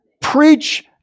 Preach